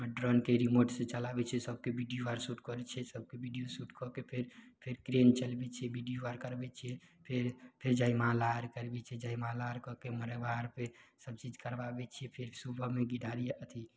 ड्रोनके रिमोटसँ चलाबय छियै सबके वीडियो आर शूट करय छियै सबके वीडियो शूट कऽके फेर प्लेन चलबय छियै वीडियो आर करबय छियै फेर फेर जयमाला आर करबय छियै जयमाला आर कऽके मनेबारसँ सब चीज करबाबय छियै फेर सुबहमे घी ढारी अथी